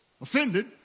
offended